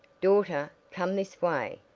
daughter, come this way.